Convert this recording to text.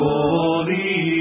Holy